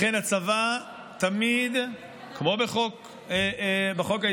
לכן הצבא תמיד, כמו בחוק הישראלי,